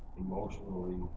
emotionally